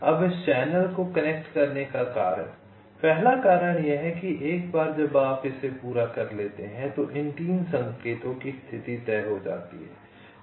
अब इस चैनल को कनेक्ट करने का कारण पहला कारण यह है कि एक बार जब आप इसे पूरा कर लेते हैं तो इन 3 संकेतों की स्थिति तय हो जाती है